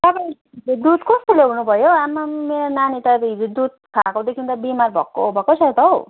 तपाईँ दुध कस्तो ल्याउनु भयो हौ आम्मामा मेरो नानी त हिजो दुध खाएकोदेखि त बिमार भएको भएकै छ त हौ